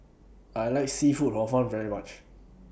I like Seafood Hor Fun very much